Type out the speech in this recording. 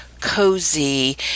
cozy